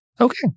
Okay